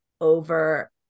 over